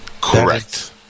Correct